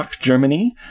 Germany